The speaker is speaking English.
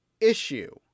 issue